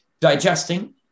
digesting